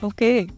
Okay